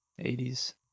80s